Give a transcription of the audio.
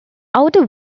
outer